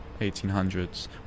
1800s